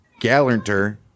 Gallanter